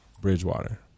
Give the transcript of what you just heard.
Bridgewater